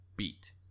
beat